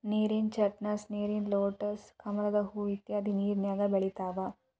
ನೇರಿನ ಚಸ್ನಟ್, ನೇರಿನ ಲೆಟಸ್, ಕಮಲದ ಹೂ ಇತ್ಯಾದಿ ನೇರಿನ್ಯಾಗ ಬೆಳಿತಾವ